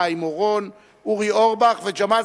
חיים אורון, אורי אורבך וג'מאל